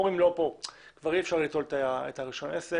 אומרים שאי אפשר לקחת את רישיון העסק,